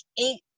eight